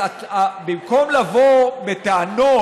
אז במקום לבוא בטענות